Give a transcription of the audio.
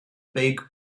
big